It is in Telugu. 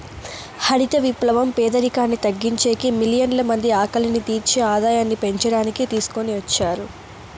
హరిత విప్లవం పేదరికాన్ని తగ్గించేకి, మిలియన్ల మంది ఆకలిని తీర్చి ఆదాయాన్ని పెంచడానికి తీసుకొని వచ్చారు